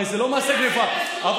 הרי זה לא מעשה גנבה, זה מעשה בזוי.